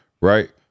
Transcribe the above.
Right